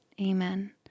Amen